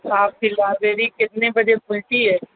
آپ کی لائبریری کتنے بجے کھلتی ہے